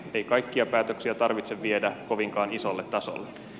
ei kaikkia päätöksiä tarvitse viedä kovinkaan isolle tasolle